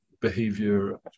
behavior